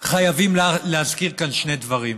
חייבים להזכיר כאן שני דברים,